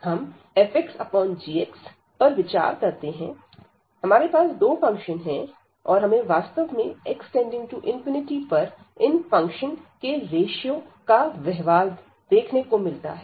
हम fxgx पर विचार करते हैं हमारे पास दो फंक्शन हैं और हमें वास्तव में x→∞ पर इन फंक्शन के रेश्यो का व्यवहार देखने को मिलता है